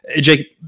Jake